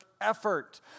effort